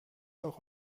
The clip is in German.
auch